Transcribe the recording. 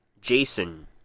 Jason